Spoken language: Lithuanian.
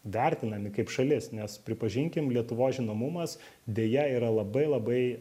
vertinami kaip šalis nes pripažinkim lietuvos žinomumas deja yra labai labai